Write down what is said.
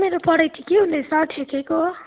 मेरो पढाइ ठिकै हुँदैछ ठिकैको